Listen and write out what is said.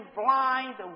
blind